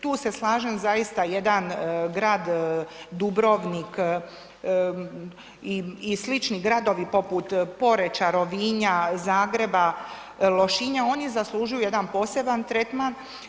Tu se slažem, zaista jedan grad Dubrovnik i slični gradovi poput Poreča, Rovinja, Zagreba, Lošinja oni zaslužuju jedan poseban tretman.